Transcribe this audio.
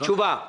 מה התשובה?